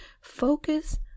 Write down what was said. focus